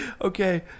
okay